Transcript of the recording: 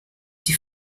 die